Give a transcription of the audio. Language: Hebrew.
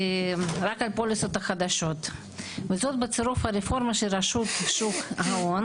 פוליסות החדשות וזאת בצירוף הרפורמה של רשות שוק ההון